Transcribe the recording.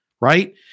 right